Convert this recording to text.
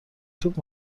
توپ